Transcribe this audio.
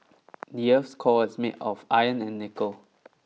the earth's core is made of iron and nickel